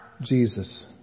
Jesus